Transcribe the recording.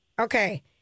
Okay